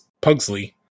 pugsley